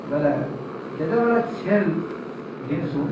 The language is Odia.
ବେଲେ ଯେତେବେଲେ ଛେଲ୍ ଘିନସୁ